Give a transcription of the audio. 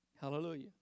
Hallelujah